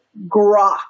grok